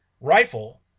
rifle